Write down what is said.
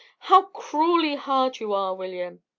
how cruelly hard you are, william!